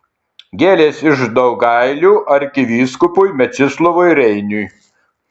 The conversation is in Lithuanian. gėlės iš daugailių arkivyskupui mečislovui reiniui